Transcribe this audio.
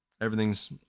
everything's